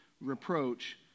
reproach